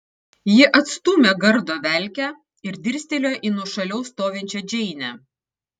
ji atstūmė gardo velkę ir dirstelėjo į nuošaliau stovinčią džeinę